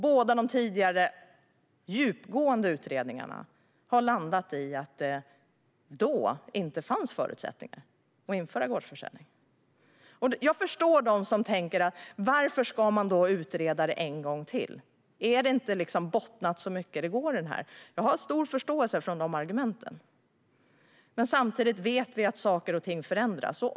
Båda de tidigare djupgående utredningarna landade i att det då inte fanns förutsättningar för att införa gårdsförsäljning. Jag förstår dem som tänker: Varför ska man då utreda det en gång till? Har vi inte bottnat så mycket som det går i detta? Jag har stor förståelse för de argumenten. Men samtidigt vet vi att saker och ting förändras.